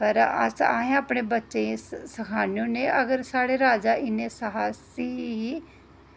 पर अस असें अपने बच्चें गी सखानै होने अगर साढ़े राजा इ'न्ने साहसी हे